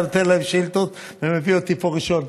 ואתה נותן להם שאילתות ומביא אותי לפה ראשון.